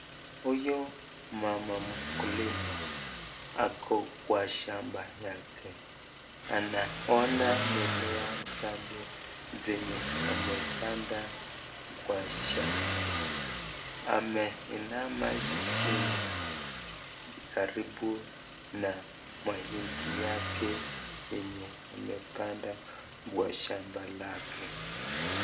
Huyu mama mkulima ako kwa shamba yake anaona mimmea zake zenye amepanda kwa shamba. Ameinama jini karibu na mahindi yake yenye amepanda kwa shamba lake.